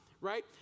Right